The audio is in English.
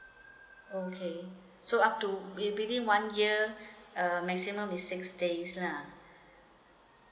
okay so up to with~ within one year uh maximum is six days lah